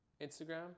Instagram